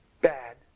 bad